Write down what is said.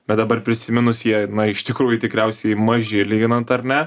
bet dabar prisiminus jie na iš tikrųjų tikriausiai maži lyginant ar ne